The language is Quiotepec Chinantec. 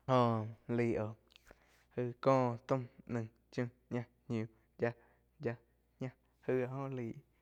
Jó laí óh, aí có, taum, naih chiu, ñá, ñiu, yia, yia, ñá jaí áh jó laí.